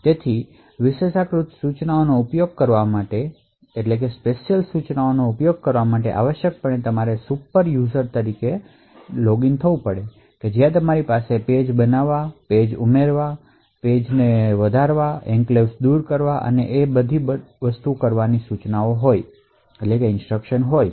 તેથી વિશેષાધિકૃત ઇન્સટ્રક્શનશનો ઉપયોગ સુપર યુઝર તરીકે થવો જોઈએ જ્યાં તમારી પાસે પેજ બનાવવા પેજ ઉમેરવા પેજ ને વિસ્તૃત કરવા એન્ક્લેવ્સ બનાવવાની દૂર કરવાની અને વધુ ઇન્સટ્રક્શનશ છે